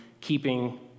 keeping